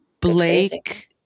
Blake